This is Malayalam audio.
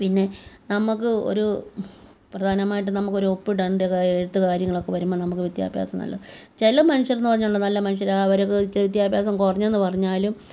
പിന്നെ നമുക്ക് ഒരു പ്രധാനമായിട്ടും നമുക്ക് ഒരു ഒപ്പ് ഇടേണ്ട എഴുത്ത് കാര്യങ്ങളൊക്കെ വരുമ്പോൾ നമുക്ക് വിദ്യാഭ്യാസം നല്ല ചില മനുഷ്യർ എന്നു പറഞ്ഞതുകൊണ്ട് ആ നല്ല മനുഷ്യർ ആ അവർക്ക് ഇച്ചിരി വിദ്യാഭ്യാസം കുറഞ്ഞെന്നു പറഞ്ഞാലും